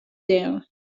there